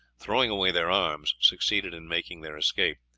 throwing away their arms, succeeded in making their escape,